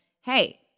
hey